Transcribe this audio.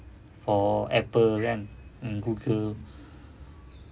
for apple kan and google